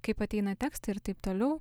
kaip ateina tekstai ir taip toliau